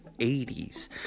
80s